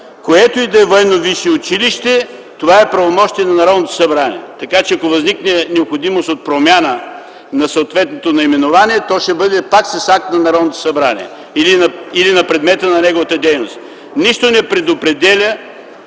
военно висше училище, това е правомощие на Народното събрание. Така че ако възникне необходимост от промяна на съответното наименование, то ще бъда пак с акт на Народното събрание или на предмета на неговата дейност. Нищо не предопределя